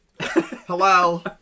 Hello